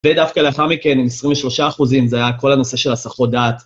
ודווקא לאחר מכן, עם 23 אחוזים, זה היה כל הנושא של הסחות דעת.